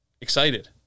excited